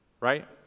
Right